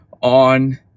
on